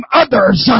others